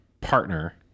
partner